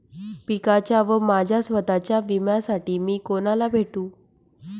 पिकाच्या व माझ्या स्वत:च्या विम्यासाठी मी कुणाला भेटू?